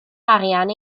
arian